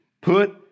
put